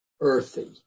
earthy